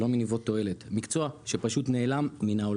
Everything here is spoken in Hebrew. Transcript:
שלא מניבות תועלת, מקצוע שפשוט נעלם מן העולם.